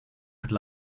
could